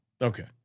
Okay